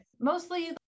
mostly